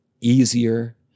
easier